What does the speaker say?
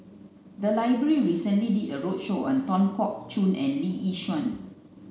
the library recently did a roadshow on Tan Keong Choon and Lee Yi Shyan